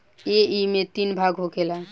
ऐइमे तीन भाग होखेला